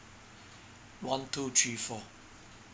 one two three four